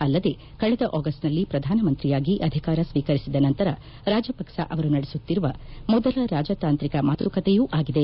ಅಲ್ಲದೇ ಕಳೆದ ಆಗಸ್ಟನಲ್ಲಿ ಪ್ರಧಾನಮಂತ್ರಿಯಾಗಿ ಅಧಿಕಾರ ಶ್ವೀಕರಿಸಿದ ನಂತರ ರಾಜಪಕ್ಸ ಅವರು ನಡೆಸುತ್ತಿರುವ ಮೊದಲ ರಾಜತಾಂತ್ರಿಕ ಮಾತುಕತೆಯು ಆಗಿದೆ